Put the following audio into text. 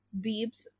beeps